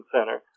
center